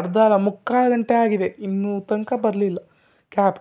ಅರ್ಧ ಅಲ್ಲ ಮುಕ್ಕಾಲು ಗಂಟೆ ಆಗಿದೆ ಇನ್ನೂ ತನಕ ಬರಲಿಲ್ಲ ಕ್ಯಾಬ್